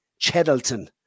Cheddleton